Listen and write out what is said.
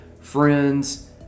friends